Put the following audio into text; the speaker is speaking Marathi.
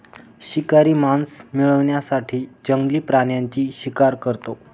शिकारी मांस मिळवण्यासाठी जंगली प्राण्यांची शिकार करतो